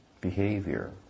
behavior